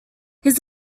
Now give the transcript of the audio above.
his